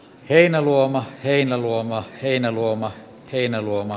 heinäluoma heinäluoma heinäluoma heinäluoma